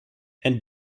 and